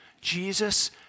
Jesus